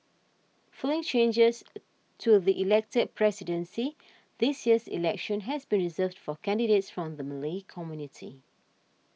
following changes to the elected presidency this year's election has been reserved for candidates from the Malay community